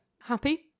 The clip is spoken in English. happy